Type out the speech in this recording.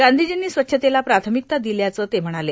गांधीजींनी स्वच्छतेला प्राथमिकता दिल्याचं ते म्हणाले